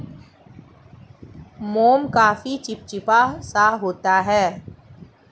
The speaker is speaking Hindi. मोम काफी चिपचिपा सा होता है